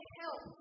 help